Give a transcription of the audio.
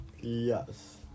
Yes